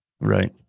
Right